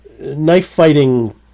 knife-fighting